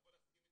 יכול להסכים עם